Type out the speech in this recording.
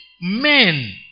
men